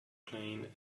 playing